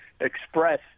express